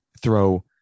throw